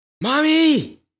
mommy